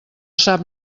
sap